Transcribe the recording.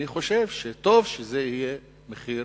אני חושב שטוב שזה יהיה מחיר